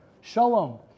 Shalom